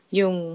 yung